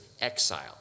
exile